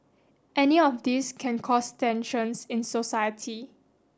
any of these can cause tensions in society